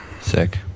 sick